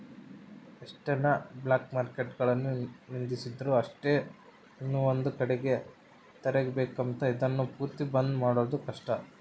ಎಷ್ಟನ ಬ್ಲಾಕ್ಮಾರ್ಕೆಟ್ಗುಳುನ್ನ ನಿಂದಿರ್ಸಿದ್ರು ಅಷ್ಟೇ ಇನವಂದ್ ಕಡಿಗೆ ತೆರಕಂಬ್ತಾವ, ಇದುನ್ನ ಪೂರ್ತಿ ಬಂದ್ ಮಾಡೋದು ಕಷ್ಟ